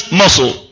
muscle